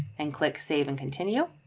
and click save and continue.